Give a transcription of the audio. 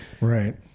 right